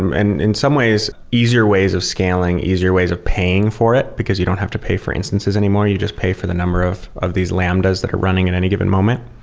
um and in some ways, easier ways of scaling, easier ways of paying for it, because you don't have to pay for instances anymore. you just pay for the number of of these lambdas that are running in any given moment.